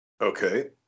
okay